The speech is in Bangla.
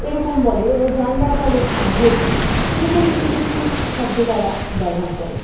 এরকম বলে ও জানলার বলে ঝোরকি এরকম কিছু কিছু শব্দ তারা ব্যবহার করে